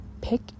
Pick